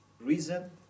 reason